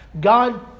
God